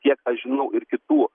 kiek aš žinau ir kitų